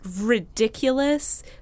ridiculous